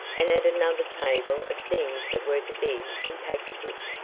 and at another table of things that were to be in packages.